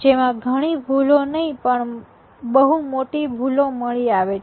જેમાં ઘણી ભૂલો નહીં પણ બહુ મોટી ભૂલો મળી આવે છે